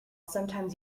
sometimes